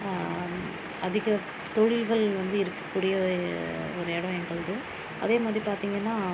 அதிக தொழில்கள் வந்து இருக்கக்கூடிய ஒரு இடம் எங்கள்து அதேமாதிரி பார்த்திங்கன்னா